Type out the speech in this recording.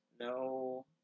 no